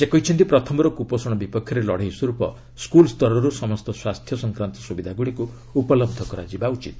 ସେ କହିଛନ୍ତି ପ୍ରଥମରୁ କୁପୋଷଣ ବିପକ୍ଷରେ ଲଢ଼େଇ ସ୍ୱରୂପ ସ୍କୁଲ୍ ସ୍ତରରୁ ସମସ୍ତ ସ୍ୱାସ୍ଥ୍ୟ ସଂକ୍ରାନ୍ତ ସୁବିଧାଗୁଡ଼ିକୁ ଉପଲହ୍ଧ କରାଯିବା ଉଚିତ